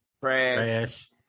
trash